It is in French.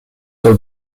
sur